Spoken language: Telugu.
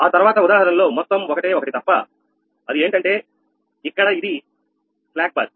ఆ తర్వాత ఉదాహరణలో మొత్తం ఒకటే ఒకటి తప్ప అది ఏంటంటే ఇక్కడ ఇది మందగింపుబస్